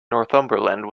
northumberland